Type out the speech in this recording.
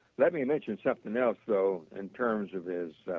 let me mentioned something else though, in terms of his